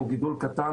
הוא גידול קטן